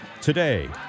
today